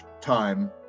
time